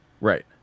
right